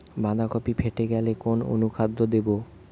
বাঁধাকপি ফেটে গেলে কোন অনুখাদ্য দেবো?